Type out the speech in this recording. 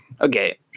Okay